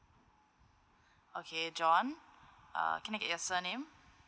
okay john uh can I get your surname